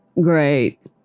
Great